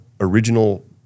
original